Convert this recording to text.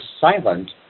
silent